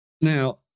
now